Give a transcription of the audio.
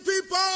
people